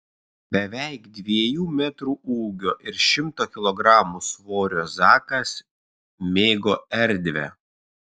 beveik dviejų metrų ūgio ir šimto kilogramų svorio zakas mėgo erdvę